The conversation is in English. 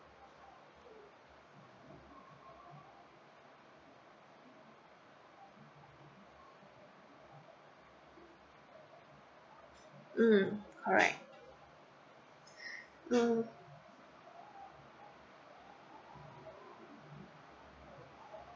mm correct hmm